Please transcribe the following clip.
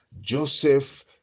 Joseph